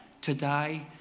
today